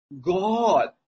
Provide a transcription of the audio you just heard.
God